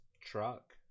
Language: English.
truck